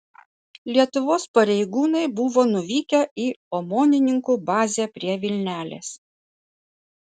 lietuvos pareigūnai buvo nuvykę į omonininkų bazę prie vilnelės